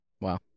Wow